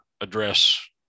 address